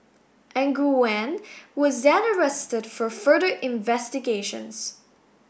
Nguyen was then arrested for further investigations